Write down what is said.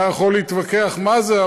אתה יכול להתווכח מה זה,